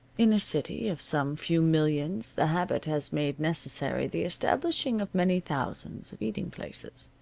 in a city of some few millions the habit has made necessary the establishing of many thousands of eating places.